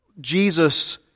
Jesus